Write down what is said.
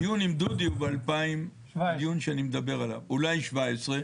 הדיון עם דודי הוא אולי ב-2017,